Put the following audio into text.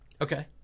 Okay